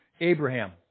Abraham